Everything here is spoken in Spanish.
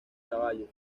caballos